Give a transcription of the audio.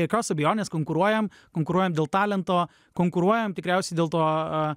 jokios abejonės konkuruojam konkuruojam dėl talento konkuruojam tikriausiai dėl to